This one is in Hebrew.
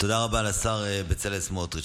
תודה רבה לשר בצלאל סמוטריץ'.